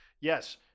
Yes